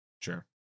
Sure